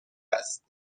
است